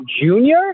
junior